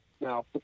Now